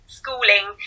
schooling